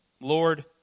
Lord